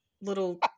little